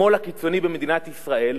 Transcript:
השמאל הקיצוני במדינת ישראל